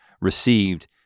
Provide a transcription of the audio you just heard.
received